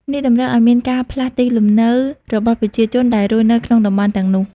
នេះតម្រូវឱ្យមានការផ្លាស់ទីលំនៅរបស់ប្រជាជន ដែលរស់នៅក្នុងតំបន់ទាំងនោះ។